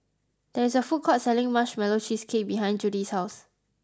there is a food court selling marshmallow cheesecake behind Judy's house